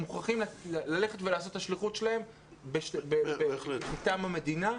מוכרחים ללכת ולעשות את השליחות שלהם מטעם המדינה.